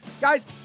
Guys